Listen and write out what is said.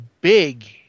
big